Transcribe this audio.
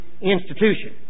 institution